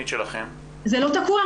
זה לא תקוע.